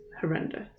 horrendous